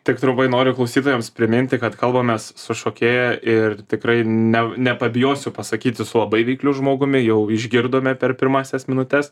tik trumpai noriu klausytojams priminti kad kalbamės su šokėja ir tikrai ne nepabijosiu pasakyti su labai veikliu žmogumi jau išgirdome per pirmąsias minutes